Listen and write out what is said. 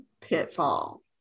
pitfall